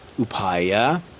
upaya